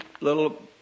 little